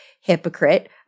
hypocrite